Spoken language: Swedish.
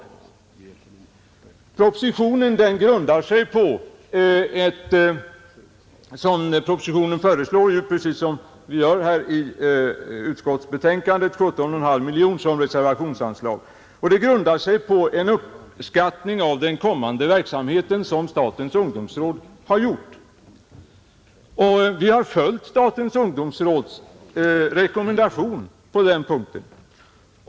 Både i propositionen och i utskottets betänkande föreslås alltså ett reservationsanslag på 17,5 miljoner kronor, och det grundar sig på en uppskattning av den kommande verksamheten som statens ungdomsråd har gjort. Vi har följt statens ungdomsråds rekommendation på den punkten.